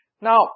Now